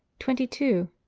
twenty two.